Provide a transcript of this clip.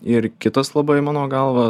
ir kitas labai mano galva